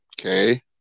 okay